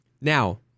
Now